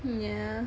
mm yeah